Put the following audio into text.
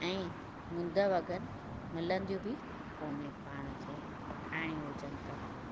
ऐं मुद बग़ैर मिलंदियूं बि काने पाण खे खाइणी हुजनि त